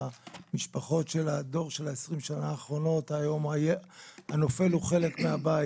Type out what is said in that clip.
אצל המשפחות של הדור של 20 השנה האחרונות הנופל הוא חלק מהבית,